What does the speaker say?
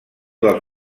dels